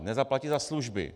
Nezaplatí za služby.